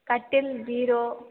கட்டில் பீரோ